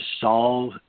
solve